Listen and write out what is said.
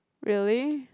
really